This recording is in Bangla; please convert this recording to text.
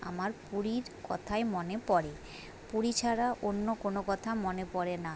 আমার পুরীর কথাই মনে পড়ে পুরী ছাড়া অন্য কোনো কথা মনে পড়ে না